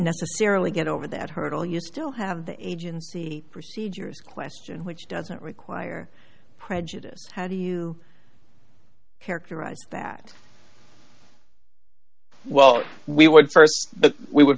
necessarily get over that hurdle you still have the agency procedures question which doesn't require prejudice how do you characterize that well we would st that we would